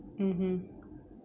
mmhmm ya the cook bro chill out